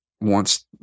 wants